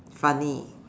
funny